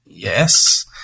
yes